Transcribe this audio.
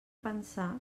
pensar